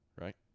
Right